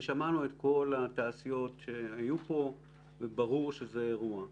שמענו את כל התעשיות שהיו פה וברור שזה אירוע.